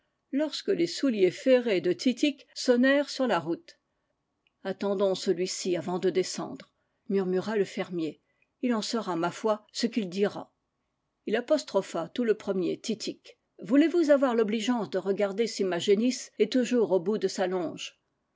lorque les souliers ferrés de titik sonnèrent sur la route attendons celui-ci avant de descendre murmura le fer mier il en sera ma foi ce qu'il dira il apostropha tout le premier titik voulez-vous avoir l'obligeance de regarder si ma génisse est toujours au bout de